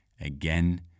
again